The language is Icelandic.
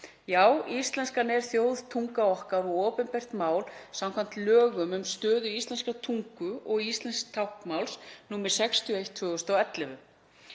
Já, íslenskan er þjóðtunga okkar og opinbert mál samkvæmt lögum um stöðu íslenskrar tungu og íslensks táknmáls, nr. 61/2011.